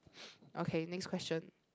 okay next question